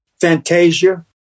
Fantasia